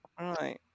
Right